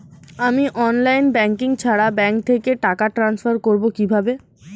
আমি online banking ছাড়া bank থেকে টাকা ট্রান্সফার করবো কিভাবে?